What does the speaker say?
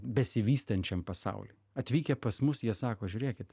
besivystančiam pasauliui atvykę pas mus jie sako žiūrėkit